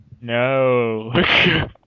No